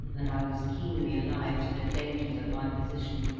and i was keenly alive to the dangers of my position